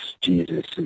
Jesus